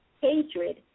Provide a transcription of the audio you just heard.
hatred